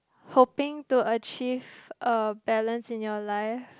hoping to achieve a balance in your life